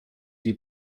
die